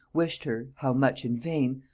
wished her, how much in vain!